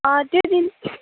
त्यो दिन